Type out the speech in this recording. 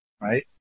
right